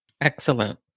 Excellent